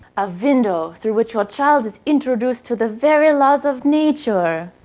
a window through which your child is introduced to the very laws of nature!